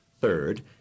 third